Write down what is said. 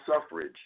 suffrage